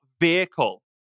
vehicle